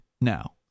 now